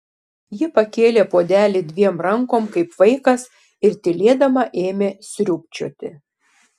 ji pakėlė puodelį dviem rankom kaip vaikas ir tylėdama ėmė sriubčioti